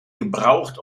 gebraucht